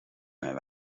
mijn